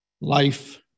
life